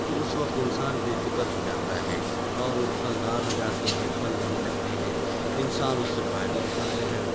تو اس وقت انسان بے فکر ہو جاتا ہے اور وہ پھلدار ہو جاتے ہیں پھل دینے لگتے ہیں انسان اس سے فائدہ اٹھاتے ہیں